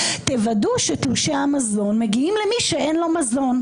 תוודאו שתלושי המזון מגיעים למי שאין לו מזון.